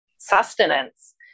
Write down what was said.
Sustenance